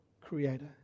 Creator